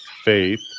faith